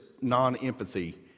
non-empathy